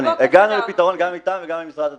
הגענו לפתרון גם איתן וגם עם משרד התחבורה.